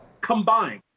combined